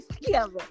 together